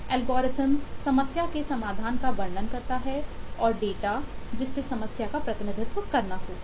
algorithm समस्या के समाधान का वर्णन करता है या डेटा जिससे समस्या का प्रतिनिधित्व करने होता है